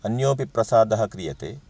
अन्योपि प्रसादः क्रियते